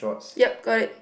yup got it